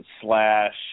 slash